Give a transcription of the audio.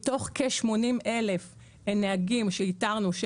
מתוך כ-80,000 נהגים שאיתרנו,